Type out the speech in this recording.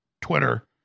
Twitter